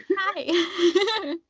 Hi